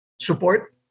support